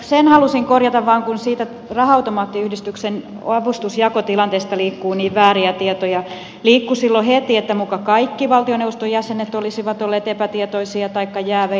sen halusin korjata vaan kun siitä raha automaattiyhdistyksen avustusjakotilanteesta liikkuu niin vääriä tietoja liikkui silloin heti että muka kaikki valtioneuvoston jäsenet olisivat olleet epätietoisia taikka jäävejä